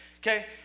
okay